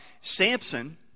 Samson